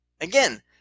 Again